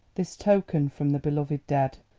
this token from the beloved dead,